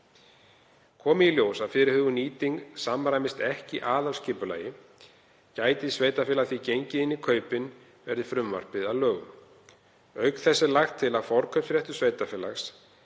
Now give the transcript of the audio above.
Komi í ljós að fyrirhuguð nýting samræmist ekki aðalskipulagi getur sveitarfélagið gengið inn í kaupin verði frumvarpið að lögum. Auk þess er lagt til að forkaupsréttur virkist ef sveitarfélagi